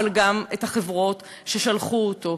אבל גם את החברות ששלחו אותו.